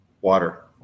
water